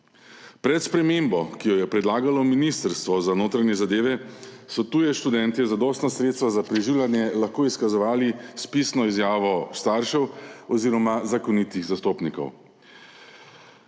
Pred spremembo, ki jo je predlagalo Ministrstvo za notranje zadeve, so tuji študentje zadostna sredstva za preživljanje lahko izkazovali s pisno izjavo staršev oziroma zakoniti zastopnikov.